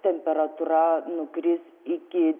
temperatūra nukris iki